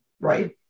right